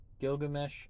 Gilgamesh